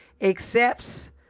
accepts